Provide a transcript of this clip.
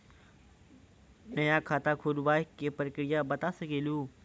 नया खाता खुलवाए के प्रक्रिया बता सके लू?